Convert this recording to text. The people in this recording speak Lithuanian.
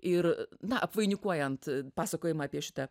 ir na apvainikuojant pasakojimą apie šitą